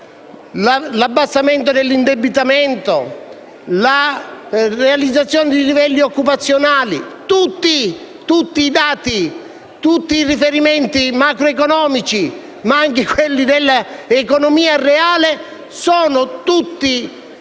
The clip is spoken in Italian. l'abbassamento dell'indebitamento, la realizzazione dei livelli occupazionali, tutti i dati e tutti i riferimenti macroeconomici, ma anche quelli relativi all'economia reale, sono tutti